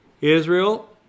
Israel